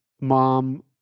mom